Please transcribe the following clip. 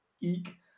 eek